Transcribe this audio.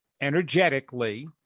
energetically